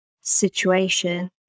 situation